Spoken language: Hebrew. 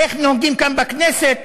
איך נוהגים כאן בכנסת